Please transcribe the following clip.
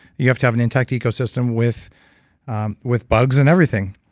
you have to have an intact ecosystem with um with bugs and everything.